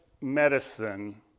medicine